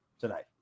tonight